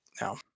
now